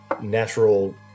natural